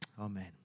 Amen